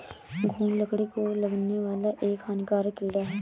घून लकड़ी को लगने वाला एक हानिकारक कीड़ा है